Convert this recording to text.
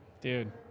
dude